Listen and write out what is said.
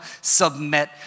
submit